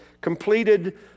completed